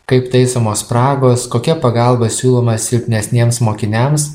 kaip taisomos spragos kokia pagalba siūloma silpnesniems mokiniams